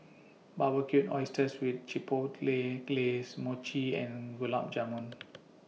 Barbecued Oysters with Chipotle Glaze Mochi and Gulab Jamun